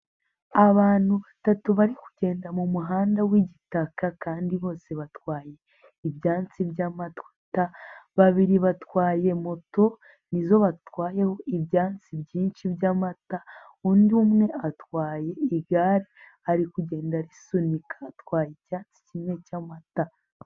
Abantu batatu bari kugenda mu muhanda w'igitaka kandi bose batwaye ibyansi by'amata, babiri batwaye moto, ni zo batwayeho ibyansi byinshi by'amata, undi umwe atwaye igare, ari kugenda arisunika atwaye icyatsi kimwe cyamata.